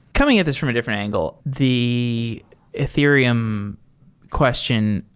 coming at this from a different angle, the ethereum question,